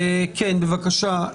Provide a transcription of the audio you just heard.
בבקשה,